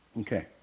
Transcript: Okay